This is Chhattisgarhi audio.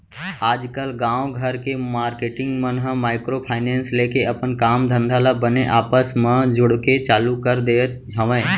आजकल गाँव घर के मारकेटिंग मन ह माइक्रो फायनेंस लेके अपन काम धंधा ल बने आपस म जुड़के चालू कर दे हवय